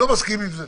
לא מהסכים עם זה.